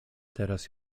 teraz